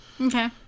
Okay